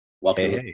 Welcome